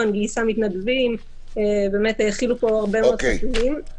וגייסה מתנדבים והאכילו פה הרבה מאוד חתולים,